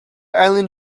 island